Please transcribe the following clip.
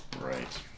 Right